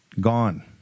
Gone